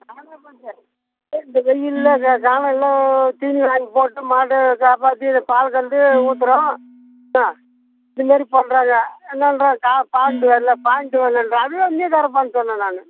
நானும் என்ன பண்ணுறது இந்த வெயில்ல க காணல்ல தீனி வாங்கி போட்டு மாடை காப்பாற்றி இந்த பாலை கறந்து ஊத்துகிறோம் ஆ இதுமாதிரி பண்ணுறாங்க என்னன்றான் பால் இங்கே வரலை பால் இங்கே வரலைன்றான் அதுதான் நீயே கறப்பான்னு சொன்னேன் நான்